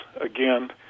again